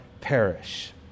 perish